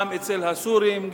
גם אצל הסורים,